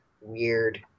weird